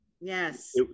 Yes